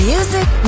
Music